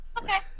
Okay